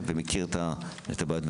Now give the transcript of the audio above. את עיריית אילת ואת הגופים הרלוונטיים